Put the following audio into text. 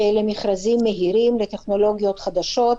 שהם מכרזים מהירים לטכנולוגיות חדשות.